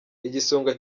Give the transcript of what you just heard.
igisonga